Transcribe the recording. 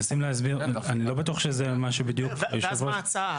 מה ההצעה?